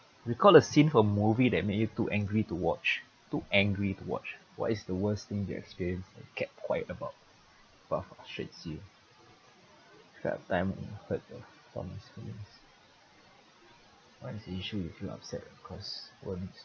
recall a scene from a movie that made you too angry to watch too angry watch what is the worst thing you experienced that you kept quiet about that frustrates you describe a time when you hurt your feelings what is the issue you feel upset and cause worries